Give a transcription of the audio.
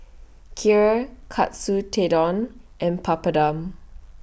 Kheer Katsu Tendon and Papadum